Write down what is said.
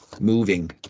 moving